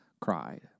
cried